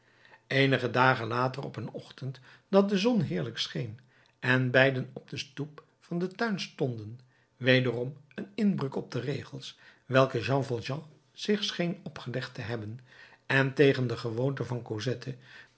eenige dagen later op een ochtend dat de zon heerlijk scheen en beiden op de stoep van den tuin stonden wederom een inbreuk op de regels welke jean valjean zich scheen opgelegd te hebben en tegen de gewoonte van